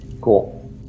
Cool